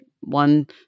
one